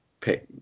pick